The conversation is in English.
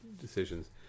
decisions